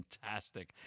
fantastic